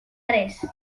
res